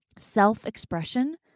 Self-expression